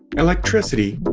electricity